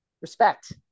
respect